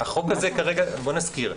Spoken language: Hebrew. בוא נזכיר,